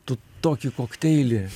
tu tokį kokteilį